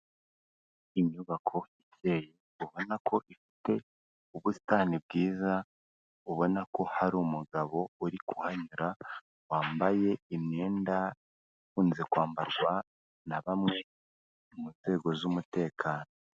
Inyubako icyeye ubona ko ifite ubusitani bwiza, ubona ko hari umugabo uri kuhanyura wambaye imyenda ikunze kwambarwa na bamwe mu nzego z'umutekano.